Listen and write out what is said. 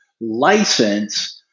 license